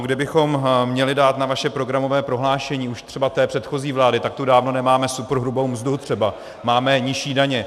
Kdybychom měli dát na vaše programové prohlášení, už třeba té předchozí vlády, tak tu dávno nemáme superhrubou mzdu třeba, máme nižší daně.